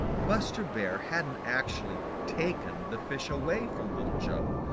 buster bear hadn't actually taken the fish away from little joe.